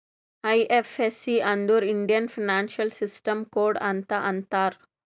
IFSC ಅಂದುರ್ Indian financial system code ಅಂತ್ ಅಂತಾರ್